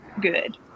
good